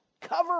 cover